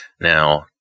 Now